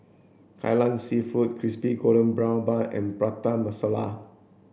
Kai Lan seafood crispy golden brown bun and Prata Masala